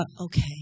okay